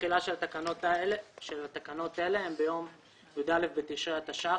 התחילה של התקנות האלה ביום י"א בתשרי התשע"ח